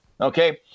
okay